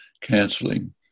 canceling